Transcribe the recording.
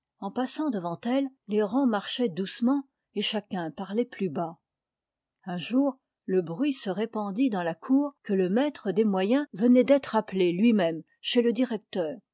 en passant devant elle les rangs marchaient doucement et chacun parlait plus bas un jour le bruit se répandit dans la cour que le maitre des moyens venait d'être appelé lui-même chez le directeur